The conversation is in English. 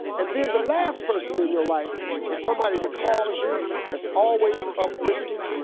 and then the last person in your life is somebody that calls you that's always uplifting,